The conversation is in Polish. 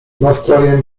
nastrojem